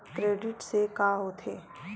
Credit से का होथे?